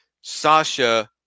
Sasha